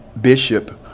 Bishop